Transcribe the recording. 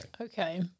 Okay